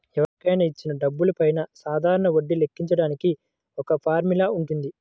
ఎవరికైనా ఇచ్చిన డబ్బులపైన సాధారణ వడ్డీని లెక్కించడానికి ఒక ఫార్ములా వుంటది